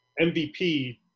MVP